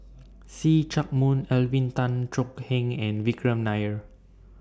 See Chak Mun Alvin Tan Cheong Kheng and Vikram Nair